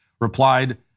replied